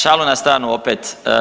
Šalu na stranu opet.